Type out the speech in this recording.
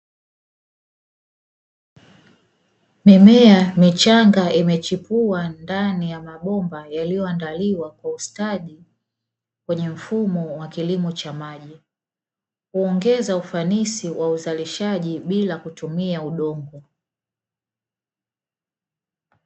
Mimea michanga imechipua ndani ya mabomba yaliyoandaliwa kwa ustadi, kwenye mfumo wa kilimo cha maji, huongeza ufanisi wa uzalishaji bila kutumia udongo.